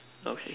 okay